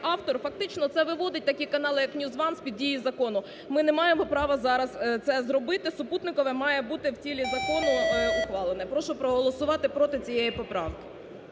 автор фактично, це виводить такі канали як "NewsOne" з-під дії закону, ми не маємо права зараз це зробити, супутникове має бути в тілі закону ухвалене. Прошу проголосувати проти цієї поправки.